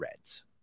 Reds